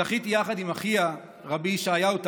זכיתי, יחד עם אחיה רבי ישעיהו תמנו,